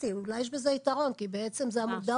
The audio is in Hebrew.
אתי, אולי יש בזה יתרון, כי בעצם זה המודעות.